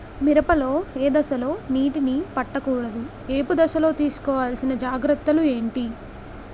మిరప లో ఏ దశలో నీటినీ పట్టకూడదు? ఏపు దశలో తీసుకోవాల్సిన జాగ్రత్తలు ఏంటి?